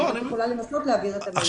אני יכולה לנסות להעביר את המידע הזה.